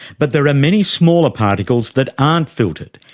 but there are many smaller particles that aren't filtered,